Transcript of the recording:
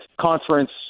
conference